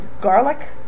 Garlic